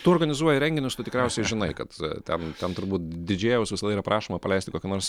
tu organizuoji renginius tu tikriausiai žinai kad ten ten turbūt didžėjaus visą laiką yra prašoma paleisti kokį nors